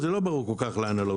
זה לא כל כך ברור להנהלות.